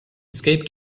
escape